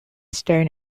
staring